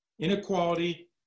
inequality